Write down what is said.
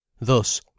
Thus